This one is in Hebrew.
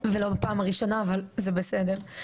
ולא בפעם הראשונה, אבל זה בסדר.